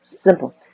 Simple